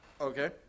Okay